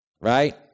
Right